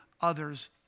others